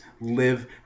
live